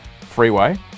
freeway